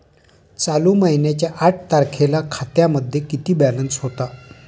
चालू महिन्याच्या आठ तारखेला खात्यामध्ये किती बॅलन्स होता?